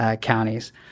counties